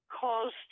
caused